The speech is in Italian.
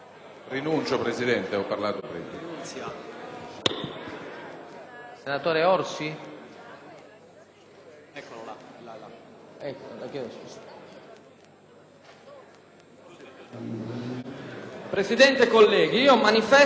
Presidente, colleghi, manifesto il mio imbarazzo per l'esito